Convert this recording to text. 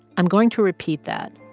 i'm going to repeat that.